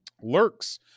Lurks